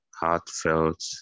heartfelt